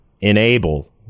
enable